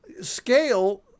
Scale